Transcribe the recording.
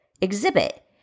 exhibit